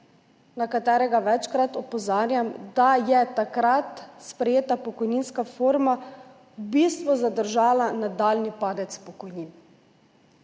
na katerega večkrat opozarjam, da je takrat sprejeta pokojninska reforma v bistvu zadržala nadaljnji padec pokojnin